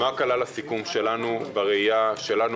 מה כלל הסיכום שלנו בראייה שלנו,